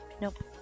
Nope